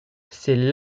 c’est